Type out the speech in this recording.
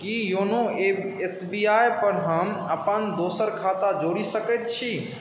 Ki YONO S B I पर हम अपन दोसर खाता जोड़ि सकैत छी